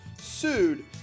sued